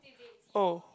oh